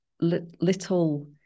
little